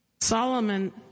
Solomon